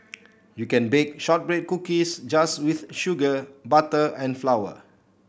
you can bake shortbread cookies just with sugar butter and flour